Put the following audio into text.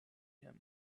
him